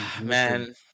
Man